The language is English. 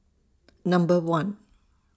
Number one